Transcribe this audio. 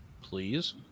Please